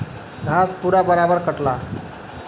घास पूरा बराबर कटला